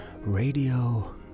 Radio